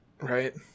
right